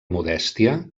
modèstia